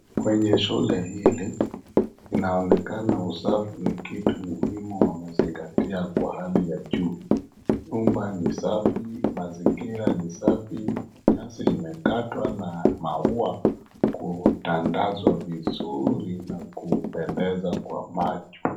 Kwenye shule hili linaonekana usafi ni kitu muhimu wamezingatia kwa hali ya juu. Nyumba ni safi mazingira ni safi nyasi imekatwa na maua kutandazwa vizuri na kupendeza kwa macho.